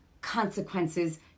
consequences